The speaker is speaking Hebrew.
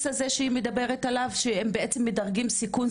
הזה שהיא מדברת עליו שהם מדרגים סיכון,